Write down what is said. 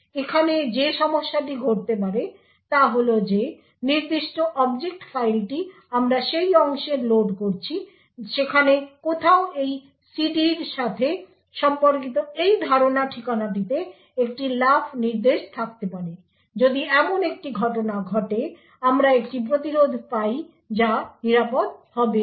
এখানে যে সমস্যাটি ঘটতে পারে তা হল যে নির্দিষ্ট অবজেক্ট ফাইলটি আমরা সেই অংশে লোড করছি সেখানে কোথাও এই CD র সাথে সম্পর্কিত এই ধারণা ঠিকানাটিতে একটি লাফ নির্দেশ থাকতে পারে যদি এমন একটি ঘটনা ঘটে আমরা একটি প্রতিরোধ পাই যা নিরাপদ হবে না